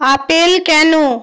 apple কেন